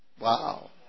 Wow